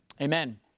Amen